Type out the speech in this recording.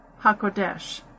HaKodesh